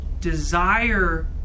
desire